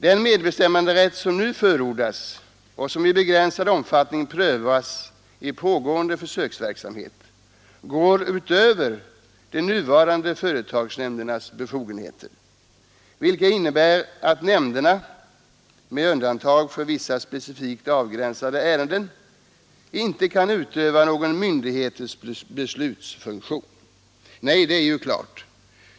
Den medbestämmanderätt, som nu förordas och som i begränsad omfattning prövas i pågående försöksverksamhet, går utöver de nuvarande företagsnämndernas befogenheter, vilka innebär att nämnderna — med undantag för vissa specifikt avgränsade ärenden — inte kan utöva någon myndighets beslutsfunktion.” Nej, det är ju klart.